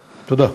תודה.